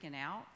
out